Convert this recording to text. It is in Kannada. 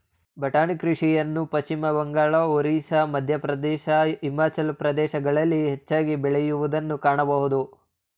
ಬಟಾಣಿ ಕೃಷಿಯನ್ನು ಪಶ್ಚಿಮಬಂಗಾಳ, ಒರಿಸ್ಸಾ, ಮಧ್ಯಪ್ರದೇಶ್, ಹಿಮಾಚಲ ಪ್ರದೇಶಗಳಲ್ಲಿ ಹೆಚ್ಚಾಗಿ ಬೆಳೆಯೂದನ್ನು ಕಾಣಬೋದು